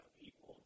people